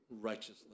righteously